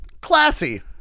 classy